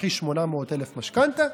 תיקחי 800,000 משכנתה,